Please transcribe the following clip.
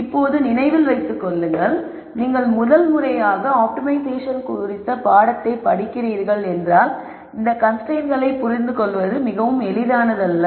இப்போது நினைவில் வைத்துக் கொள்ளுங்கள் நீங்கள் முதல் முறையாக ஆப்டிமைசேஷன் குறித்த பாடத்தை படிக்கிறீர்கள் என்றால் இந்த கன்ஸ்ரைன்ட்ஸ்களை புரிந்து கொள்வது மிகவும் எளிதானது அல்ல